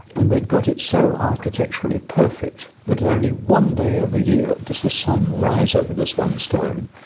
and they got it so architecturally perfect that only one day of the year does the sun rise over this one stone.